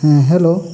ᱦᱮᱸ ᱦᱮᱞᱳ